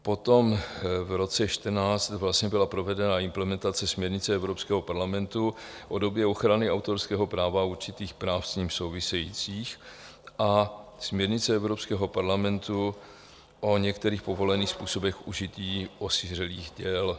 Potom v roce 2014 byla provedena implementace směrnice Evropského parlamentu o době ochrany autorského práva a určitých práv s ním souvisejících a směrnice Evropského parlamentu o některých povolených způsobem užití osiřelých děl.